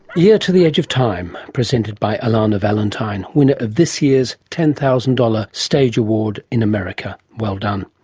ear to the edge of time presented by alana valentine, winner of this year's ten thousand dollars stage award in america. well done.